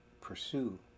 pursue